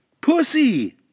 Pussy